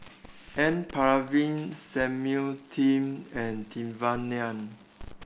N Palanivelu Samuel and Devan Nair